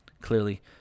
clearly